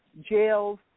jails